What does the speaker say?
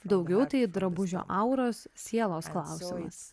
daugiau tai drabužio auros sielos klausimas